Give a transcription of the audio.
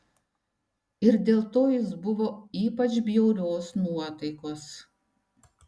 ir dėl to jis buvo ypač bjaurios nuotaikos